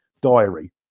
diary